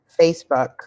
facebook